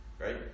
right